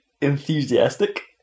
enthusiastic